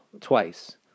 twice